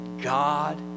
God